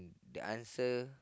to answer